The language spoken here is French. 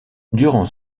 durant